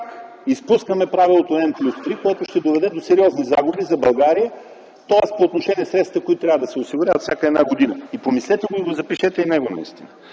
изпускаме правилото n+3, което ще доведе до сериозни загуби за България, тоест по отношение средствата, които трябва да се осигуряват всяка една година. Помислете го и го запишете и него.